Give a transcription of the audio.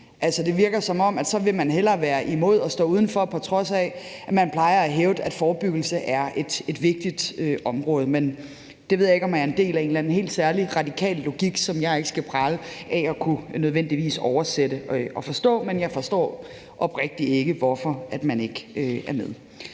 det virker, som om man så hellere vil være imod og stå uden for, på trods af at man plejer at hævde, at forebyggelse er et vigtigt område. Men det ved jeg ikke om er en del af en eller anden helt særlig radikal logik, som jeg ikke skal prale af nødvendigvis at kunne oversætte og forstå, men jeg forstår oprigtigt ikke, hvorfor man ikke er med.